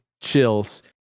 chills